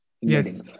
Yes